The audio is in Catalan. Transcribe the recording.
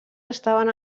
estaven